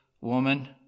Woman